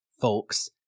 folks